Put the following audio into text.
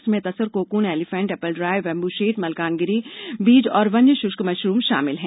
इनमें तसर cocoon elephant apple dry bamboo shoot Malkangiri बीज और वन्य शूष्क मशरूम शामिल हैं